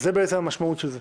זאת בעצם המשמעות של זה.